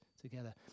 together